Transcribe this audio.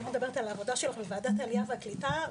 אני לא מדברת על העבודה שלך בוועדת העלייה והקליטה,